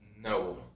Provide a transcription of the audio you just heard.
No